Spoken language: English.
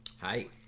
Hi